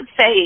say